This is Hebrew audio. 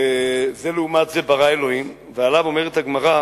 זה לעומת זה ברא האלוקים, ועליו אומרת הגמרא: